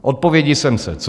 Odpovědi jsem se co?